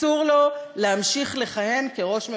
אסור לו להמשיך לכהן כראש ממשלה.